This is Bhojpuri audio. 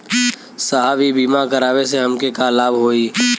साहब इ बीमा करावे से हमके का लाभ होई?